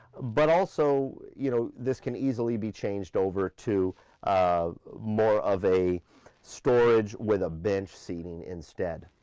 but also, you know this can easily be changed over to um more of a storage, with a bench seating instead.